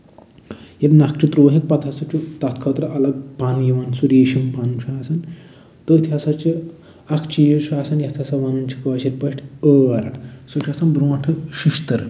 ییٚلہِ نَقشہٕ ترٛووہَکھ تَمہِ پَتہٕ ہسا چھُ تَتھ خٲطرٕ الگ پَن یِوان سُہ ریٖشِم پَن چھُ آسان تٔتھۍ ہسا چھِ اکھ چیٖز چھُ آسان یتھ ہسا وَنان چھِ کٲشِرۍ پٲٹھۍ ٲر سُہ چھُ آسان برٛونٛٹھٕ شیٚشتٕر